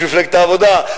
איש מפלגת העבודה,